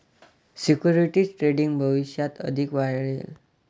securities trading भविष्यात अधिक वाढेल